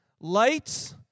lights